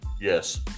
Yes